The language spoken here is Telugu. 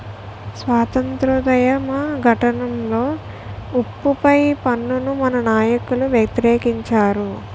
స్వాతంత్రోద్యమ ఘట్టంలో ఉప్పు పై పన్నును మన నాయకులు వ్యతిరేకించారు